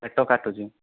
ପେଟ କାଟୁଛି